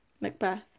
macbeth